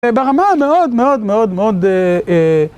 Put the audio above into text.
אה... ברמה מאוד מאוד מאוד מאוד אה... אה...